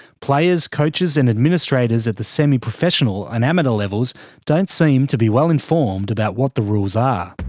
players, coaches and administrators at the semi-professional and amateur levels don't seem to be well informed about what the rules are.